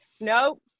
no